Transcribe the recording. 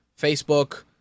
Facebook